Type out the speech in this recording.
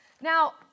Now